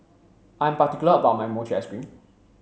I'm particular about my Mochi Ice Cream